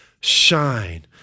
shine